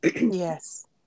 Yes